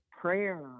prayer